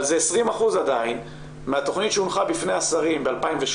אבל זה 20% עדיין מהתכנית שהונחה בפני השרים ב-2017,